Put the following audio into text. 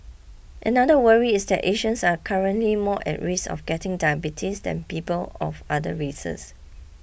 another worry is that Asians are currently more at risk of getting diabetes than people of other races